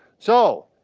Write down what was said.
so,